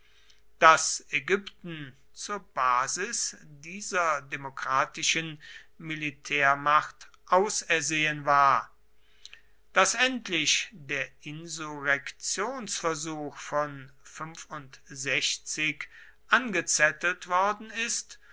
daß ägypten zur basis dieser demokratischen militärmacht ausersehen war daß endlich der insurrektionsversuch von angezettelt worden ist